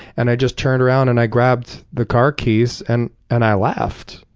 and i just turned around and i grabbed the car keys and and i left.